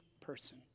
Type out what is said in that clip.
person